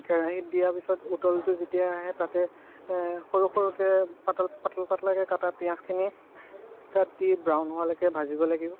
কেৰাহীত দিয়াৰ পিছত উতলটো যেতিয়া আহে তাতে সৰু সৰুকৈ পাতল পাতল পাতলাকৈ কটা পিয়াঁজখিনি তাত দিপ ব্ৰাউন হোৱালৈকে ভাজিব লাগিব